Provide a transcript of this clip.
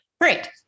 great